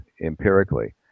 empirically